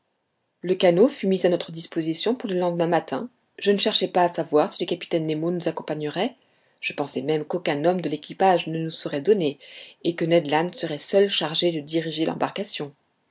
le canot fut mis à notre disposition pour le lendemain matin je ne cherchai pas à savoir si le capitaine nemo nous accompagnerait je pensai même qu'aucun homme de l'équipage ne nous serait donné et que ned land serait seul chargé de diriger l'embarcation